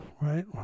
right